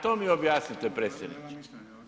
To mi objasnite predsjedniče.